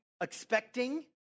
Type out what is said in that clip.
expecting